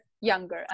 younger